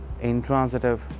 intransitive